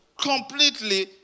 completely